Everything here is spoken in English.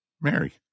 mary